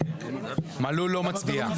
מלול לא מצביע.